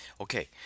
Okay